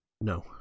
No